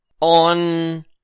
on